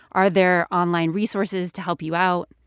are there online resources to help you out?